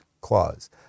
Clause